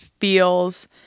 feels